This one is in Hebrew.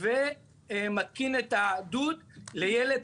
לעשות במשק פתיחת המשק ליבוא,